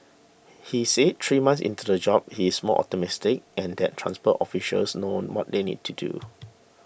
he said three months into the job he is more optimistic and that transport officials known what they need to do